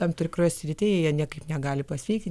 tam tikroj srity jie niekaip negali pasveikti